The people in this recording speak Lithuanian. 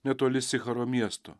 netoli sicharo miesto